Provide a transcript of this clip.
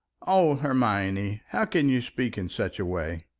oh, hermione, how can you speak in such a way?